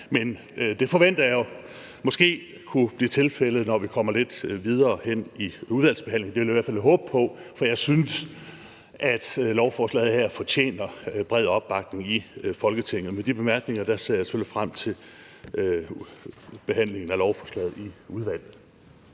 Men det forventer jeg jo måske kunne blive tilfældet, når vi kommer lidt videre hen i udvalgsbehandlingen. Det vil jeg i hvert fald håbe på, for jeg synes, at lovforslaget her fortjener bred opbakning i Folketinget. Med de bemærkninger ser jeg selvfølgelig frem til behandlingen af lovforslaget i udvalget.